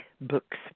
books